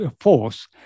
force